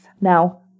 now